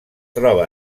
troba